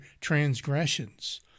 transgressions